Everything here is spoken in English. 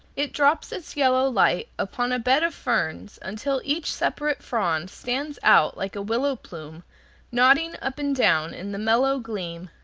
it drops its yellow light upon a bed of ferns until each separate frond stands out like a willow plume nodding up and down in the mellow gleam.